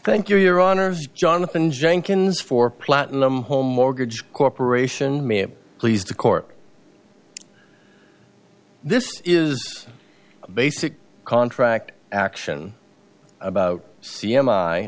thank you your honor jonathan jenkins for platinum home mortgage corporation may have pleased the court this is basic contract action about c m i